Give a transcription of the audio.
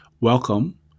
Welcome